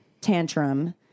tantrum